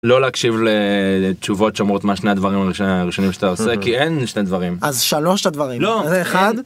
לא להקשיב לתשובות שאומרות מה שני הדברים הראשונים שאתה עושה, כי אין שני דברים אז שלוש הדברים לא אחד.